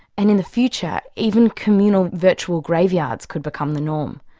and in the future, even communal virtual graveyards could become the norm.